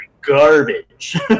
garbage